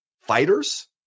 fighters